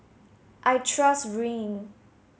I trust Rene